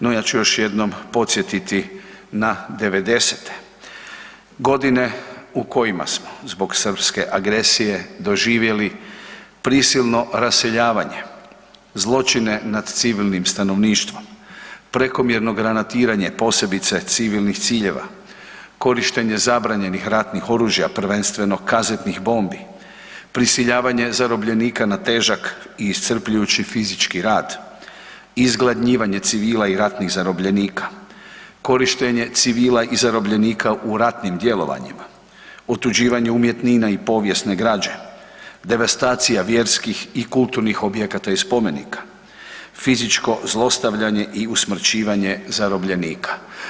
No, ja ću još jednom podsjetiti na 90-te godine u kojima smo zbog srpske agresije doživjeli prisilno raseljavanje, zločine nad civilnim stanovništvom, prekomjerno granatiranje posebice civilnih ciljeva, korištenje zabranjenih ratnih oružja prvenstveno kazetnih bombi, prisiljavanje zarobljenika na težak i iscrpljujući fizički rad, izgladnjivanje civila i ratnih zarobljenika, korištenje civila i zarobljenika u ratnim djelovanjima, otuđivanje umjetnina i povijesne građe, devastacija vjerskih i kulturnih objekata i spomenika, fizičko zlostavljanje i usmrćivanje zarobljenika.